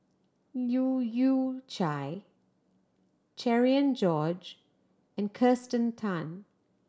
Leu Yew Chye Cherian George and Kirsten Tan